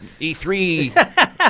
E3